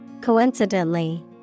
Coincidentally